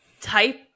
type